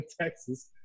Texas